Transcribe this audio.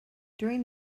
during